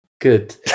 Good